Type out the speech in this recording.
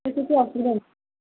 ସେ କିଛି ଅସୁବିଧା ନାହିଁ